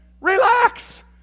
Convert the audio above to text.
Relax